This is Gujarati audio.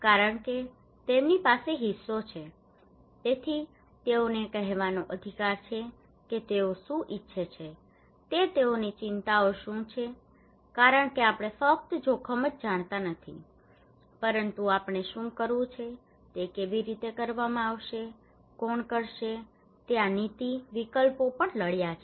કારણ કે તેમની પાસે હિસ્સો છે તેથી તેઓને એ કહેવાનો અધિકાર છે કે તેઓ શું ઇચ્છે છે તે તેઓની ચિંતાઓ શું છે કારણ કે આપણે ફક્ત જોખમ જ જાણતા નથી પરંતુ આપણે શું કરવું છે તે કેવી રીતે કરવામાં આવશે કોણ કરશે તે આ નીતિ વિકલ્પો પણ લડ્યા છે